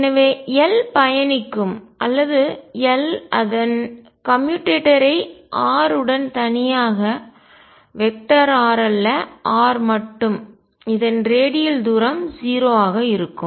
எனவே L பயணிக்கும் அல்லது L அதன் கம்யூட்டேட்டரை r உடன் தனியாக வெக்டர் r அல்ல r மட்டும் இதன் ரேடியல் தூரம் 0 ஆக இருக்கும்